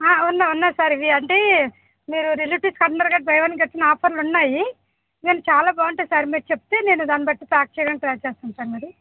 ఆ అవును ఉన్నాయి సార్ ఇవి అంటే మీరు రెలెటివ్స్కి అందరికి బయ్ వన్ గెట్ వన్ ఆఫర్లు ఉన్నాయి నేను చాలా బాగుంటాయి సార్ మీరు చెప్తే నేను దాన్ని బట్టి ప్యాక్ చేయడానికి ట్రై చేస్తాను సార్ మరి